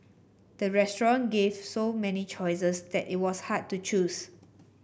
the restaurant gave so many choices that it was hard to choose